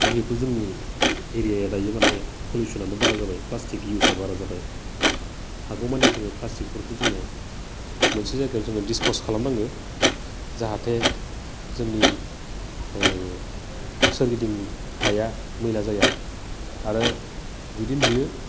जिहेथु जोंनि एरियाया दायो मानि पुलुसनानो बारा जाबाय प्लासटिक इउसया बारा जाबाय हागौमानि जोङो प्लासटिकफोरखौ जोङो मोनसे जायगायाव जोङो डिसपस खालामनाङो जाहाथे जोंनि सोरगिदिं हाया मैला जाया आरो जुदि नुयो